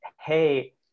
hey